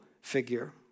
figure